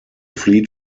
fleet